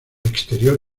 exterior